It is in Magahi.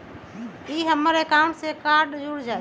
ई हमर अकाउंट से कार्ड जुर जाई?